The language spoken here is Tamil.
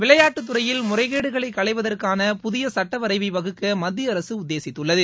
விளையாட்டுத்துறையில் முறைகேடுகளை களைவதற்கான புதிய சுட்டவரைவை வகுக்க மத்தியஅரசு உத்தேசித்துள்ளது